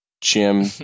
Jim